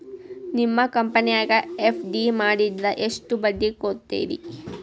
ನಿಮ್ಮ ಕಂಪನ್ಯಾಗ ಎಫ್.ಡಿ ಮಾಡಿದ್ರ ಎಷ್ಟು ಬಡ್ಡಿ ಕೊಡ್ತೇರಿ?